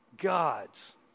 God's